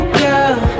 girl